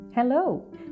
Hello